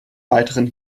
weiteren